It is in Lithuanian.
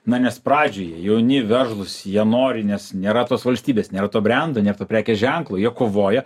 na nes pradžioje jauni veržlūs jie nori nes nėra tos valstybės nėra to brendo nėr to prekės ženklo jie kovoja